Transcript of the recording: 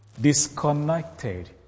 disconnected